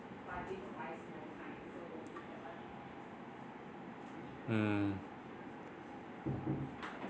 mm